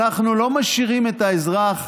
אנחנו לא משאירים את האזרח